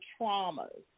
traumas